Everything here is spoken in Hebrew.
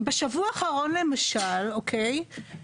בשבוע האחרון למשל, אוקיי?